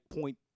point